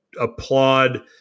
applaud